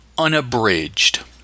Unabridged